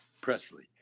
Presley